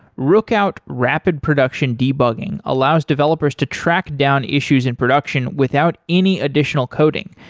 rookout rapid production debugging allows developers to track down issues in production without any additional coding.